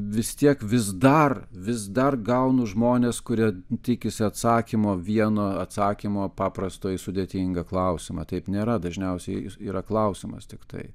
vis tiek vis dar vis dar gaunu žmones kurie tikisi atsakymo vieno atsakymo paprasto į sudėtingą klausimą taip nėra dažniausiai yra klausimas tiktai